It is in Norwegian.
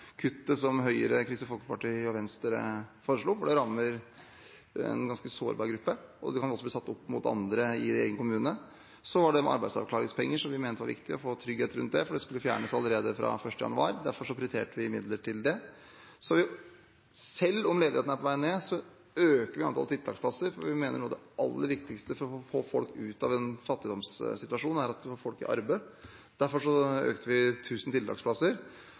det rammer en ganske sårbar gruppe, og man kan også bli satt opp mot andre i egen kommune. Så var det det med arbeidsavklaringspenger. Vi mente det var viktig å få trygghet rundt det, for det skulle fjernes allerede fra 1. januar. Derfor prioriterte vi midler til det. Selv om ledigheten er på vei ned, øker vi antall tiltaksplasser, for vi mener at noe av det aller viktigste for å få folk ut av fattigdomssituasjonen er å få folk i arbeid. Derfor økte vi med 1 000 tiltaksplasser,